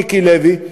מיקי לוי,